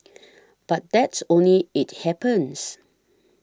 but that's only it happens